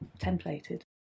templated